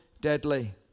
deadly